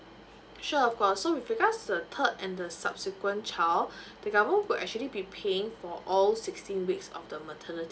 sure of course so with regards the third and the subsequent child the government will actually be paying for all sixteen weeks of the maternity